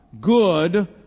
good